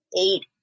eight